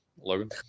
Logan